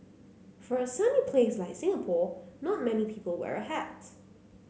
for a sunny place like Singapore not many people wear a hat